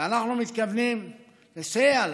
ואנחנו מתכוונים לסייע לה.